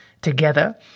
together